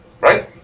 right